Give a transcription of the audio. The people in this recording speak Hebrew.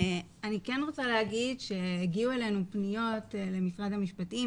אני כן רוצה להגיד שהגיעו פניות אלינו למשרד המשפטים,